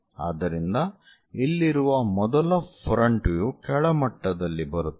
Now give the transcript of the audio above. ಆದ್ದರಿಂದ ಇಲ್ಲಿರುವ ಮೊದಲ ಫ್ರಂಟ್ ವ್ಯೂ ಕೆಳಮಟ್ಟದಲ್ಲಿ ಬರುತ್ತದೆ